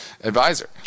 advisor